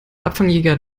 abfangjäger